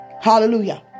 Hallelujah